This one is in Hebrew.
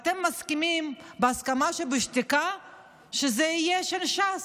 אתם מסכימים בהסכמה שבשתיקה שזה יהיה של ש"ס.